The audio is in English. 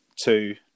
two